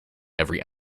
every